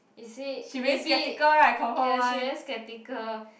is it maybe ya she very skeptical